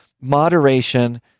Moderation